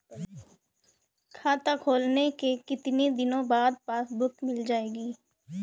खाता खोलने के कितनी दिनो बाद पासबुक मिल जाएगी?